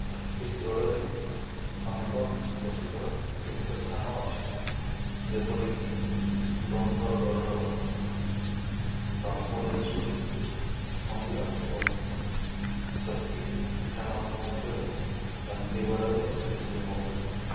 ଛତିଶଗଡ଼ରେ ଅନେକ ପ୍ରସିଦ୍ଧ ତୀର୍ଥସ୍ଥାନ ଅଛି ଯେପରିକି ଡୋଙ୍ଗରଗଡ଼ର ବାମ୍ବଲେଶ୍ୱରୀ ମନ୍ଦିର ଏବଂ ଶକ୍ତି ପୀଠା ମାନଙ୍କ ମଧ୍ୟରୁ ଦନ୍ତେୱାଡ଼ାର ଦନ୍ତେଶ୍ୱରୀ ମନ୍ଦିର